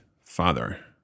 father